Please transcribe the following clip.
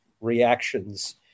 reactions